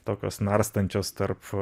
tokios narstančios tarp